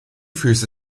füße